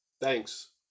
thanks